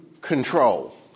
control